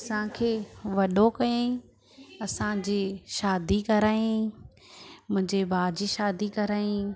असांखे वॾो कईं असांजे शादी कराईं मुंहिंजे भाउ जी शादी कराईं